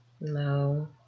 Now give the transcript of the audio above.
No